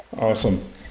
Awesome